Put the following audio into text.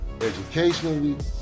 educationally